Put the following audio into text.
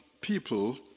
people